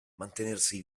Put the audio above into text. mantenersi